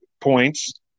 points